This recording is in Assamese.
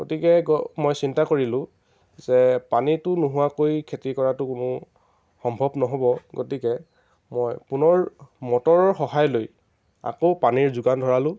গতিকে গ মই চিন্তা কৰিলোঁ যে পানীটো নোহোৱাকৈ খেতি কৰাটো কোনো সম্ভৱ নহ'ব গতিকে মই পুনৰ মটৰৰ সহায় লৈ আকৌ পানীৰ যোগান ধৰালোঁ